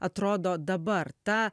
atrodo dabar ta